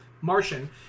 Martian